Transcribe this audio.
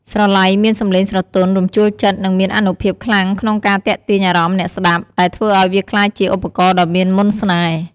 ស្រឡៃមានសំឡេងស្រទន់ រំជួលចិត្ត និងមានអានុភាពខ្លាំងក្នុងការទាក់ទាញអារម្មណ៍អ្នកស្តាប់ ដែលធ្វើឱ្យវាក្លាយជាឧបករណ៍ដ៏មានមន្តស្នេហ៍។